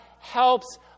helps